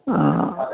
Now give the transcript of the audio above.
ആ